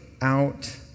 out